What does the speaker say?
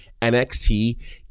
NXT